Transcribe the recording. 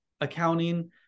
accounting